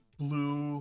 blue